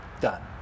Done